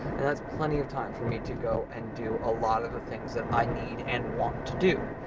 and that's plenty of time for me to go and do a lot of the things that i need and want to do.